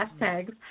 hashtags